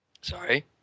Sorry